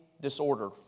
disorder